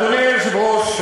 אדוני היושב-ראש,